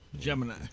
Gemini